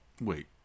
Wait